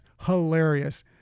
hilarious